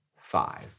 five